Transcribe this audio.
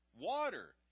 Water